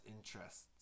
interests